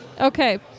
Okay